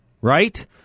right